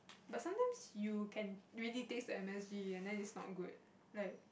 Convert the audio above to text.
but sometimes you can really taste the M_S_G and then is not good like